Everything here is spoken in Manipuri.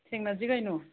ꯊꯦꯡꯅꯁꯤ ꯀꯩꯅꯣ